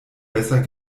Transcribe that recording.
besser